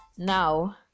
now